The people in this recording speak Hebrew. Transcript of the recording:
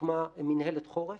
הוקמה מינהלת חורף